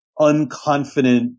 unconfident